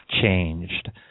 changed